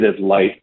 light